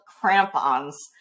crampons